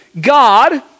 God